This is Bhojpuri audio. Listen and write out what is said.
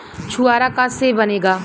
छुआरा का से बनेगा?